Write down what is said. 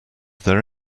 there